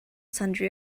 sundry